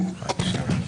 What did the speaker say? כותבת?